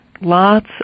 lots